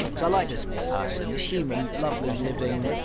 cause i like this person, this human, lovely, living.